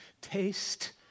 Taste